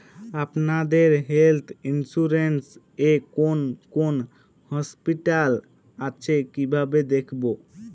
আপনাদের health insurance এ কোন কোন হসপিটাল আছে কিভাবে দেখবো?